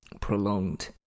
prolonged